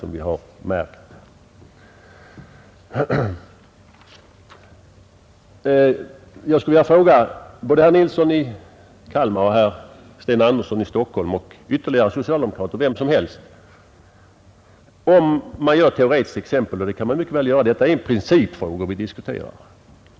Jag skulle vilja fråga såväl herr Nilsson i Kalmar som herr Sten Andersson i Stockholm och ytterligare socialdemokrater — vem som helst — om hur de ställer sig till ett teoretiskt exempel — ett sådant kan man mycket väl göra eftersom det är en principfråga vi diskuterar.